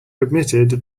admitted